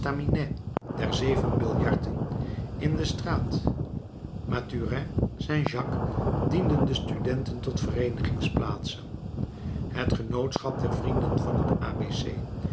der zeven biljarten in de straat mathurins saint jacques dienden den studenten tot vereenigingsplaatsen het genootschap der vrienden van het a